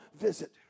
visit